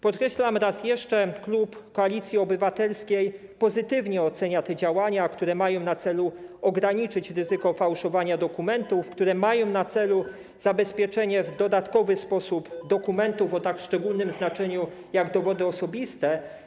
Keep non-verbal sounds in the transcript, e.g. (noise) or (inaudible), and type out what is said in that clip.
Podkreślam raz jeszcze: klub Koalicji Obywatelskiej pozytywnie ocenia te działania, które mają na celu ograniczenie ryzyka (noise) fałszowania dokumentów, które mają na celu zabezpieczenie w dodatkowy sposób dokumentów o tak szczególnym znaczeniu jak dowody osobiste.